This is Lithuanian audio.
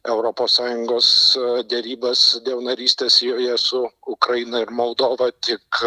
europos sąjungos derybas dėl narystės joje su ukraina ir moldova tik